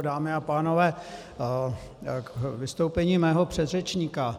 Dámy a pánové, k vystoupení mého předřečníka.